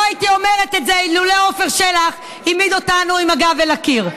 לא הייתי אומרת את זה לולא עפר שלח העמיד אותנו עם הגב אל הקיר.